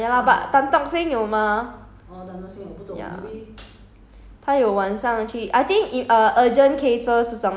in the morning right ya lah but tan tock seng 有 mah ya